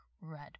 red